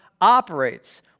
operates